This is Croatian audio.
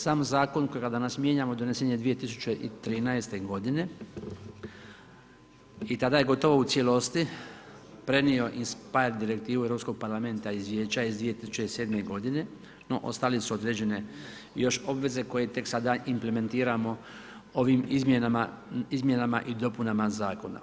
Sam zakon kojega danas mijenjamo donesen je 2013. godine i tada je gotovo u cijelosti prenio i Inspire direktivu Europskog parlamenta izvješća iz 2007. godine, no ostale su određene još obveze koje tek sada implementiramo ovim izmjenama i dopunama zakona.